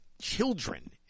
children